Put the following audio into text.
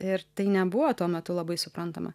ir tai nebuvo tuo metu labai suprantama